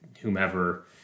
whomever